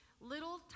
Little